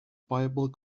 bible